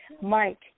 Mike